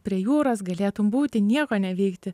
prie jūros galėtum būti nieko neveikti